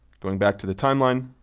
going back to the timeline,